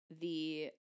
the-